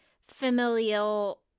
familial